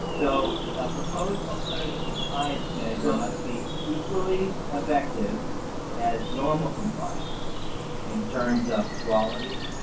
so proposed alternative compliance may be equally effective as normal compliance in terms of quality,